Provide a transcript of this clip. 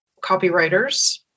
copywriters